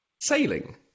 Sailing